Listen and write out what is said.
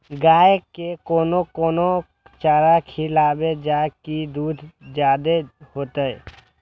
गाय के कोन कोन चारा खिलाबे जा की दूध जादे होते?